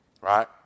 right